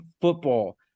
football